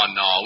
no